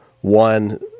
one